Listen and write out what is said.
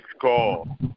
call